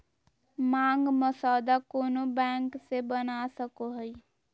मांग मसौदा कोनो बैंक से बना सको हइ